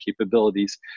capabilities